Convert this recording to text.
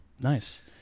nice